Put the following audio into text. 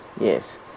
Yes